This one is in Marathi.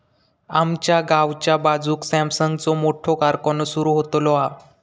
आमच्या गावाच्या बाजूक सॅमसंगचो मोठो कारखानो सुरु होतलो हा